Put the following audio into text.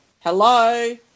Hello